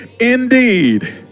indeed